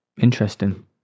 interesting